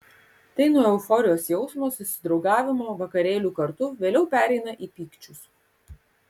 tai nuo euforijos jausmo susidraugavimo vakarėlių kartu vėliau pereina į pykčius